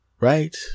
right